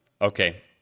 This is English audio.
okay